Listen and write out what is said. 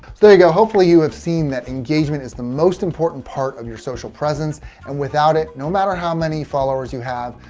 there you go. hopefully you have seen that engagement is the most important part of your social presence and without it no matter how many followers you have.